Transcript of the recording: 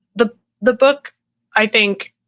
the the book i think,